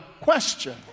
question